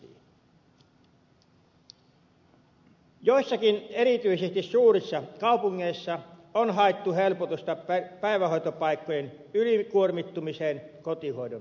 erityisesti joissakin suurissa kaupungeissa on haettu helpotusta päivähoitopaikkojen ylikuormittumiseen kotihoidon kautta